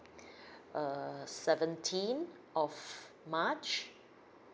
err seventeenth of march